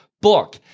book